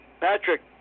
Patrick